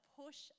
push